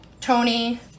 Tony